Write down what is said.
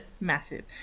massive